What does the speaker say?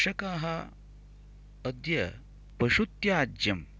कृषकाः अद्य पशुत्याज्यं